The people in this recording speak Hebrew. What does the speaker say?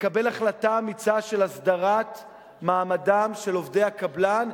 לקבל החלטה אמיצה של הסדרת מעמדם של עובדי הקבלן,